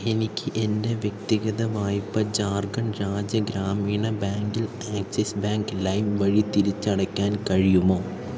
എനിക്ക് എൻ്റെ വ്യക്തിഗത വായ്പ ജാർഖണ്ഡ് രാജ്യ ഗ്രാമീൺ ബാങ്കിൽ ആക്സിസ് ബാങ്ക് ലൈം വഴി തിരിച്ചടയ്ക്കാൻ കഴിയുമോ